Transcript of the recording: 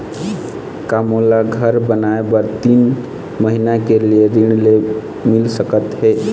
का मोला घर बनाए बर तीन महीना के लिए ऋण मिल सकत हे?